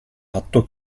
atto